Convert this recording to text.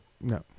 No